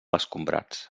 escombrats